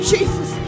Jesus